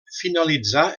finalitzà